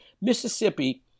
Mississippi